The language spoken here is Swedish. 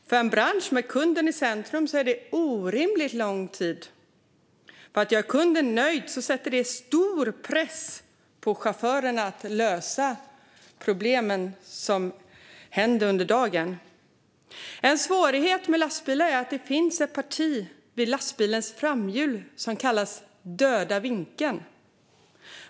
För en bransch med kunden i centrum är det en orimligt lång tid. Detta sätter stor press på chauffören att lösa problem som uppstår under dagen, för att göra kunden nöjd. En svårighet med lastbilar är att det finns ett parti vid lastbilens framhjul som kallas döda vinkeln.